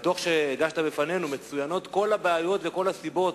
בדוח שהגשת בפנינו מצוינות כל הבעיות וכל הסיבות,